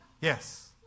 Yes